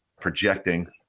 projecting